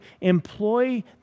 employ